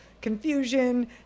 confusion